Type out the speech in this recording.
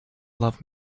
love